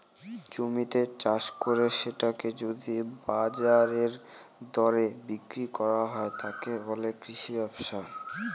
জমিতে চাষ করে সেটাকে যদি বাজারের দরে বিক্রি করা হয়, তাকে বলে কৃষি ব্যবসা